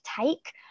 take